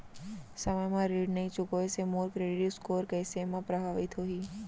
समय म ऋण नई चुकोय से मोर क्रेडिट स्कोर कइसे म प्रभावित होही?